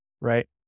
right